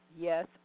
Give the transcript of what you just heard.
yes